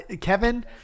Kevin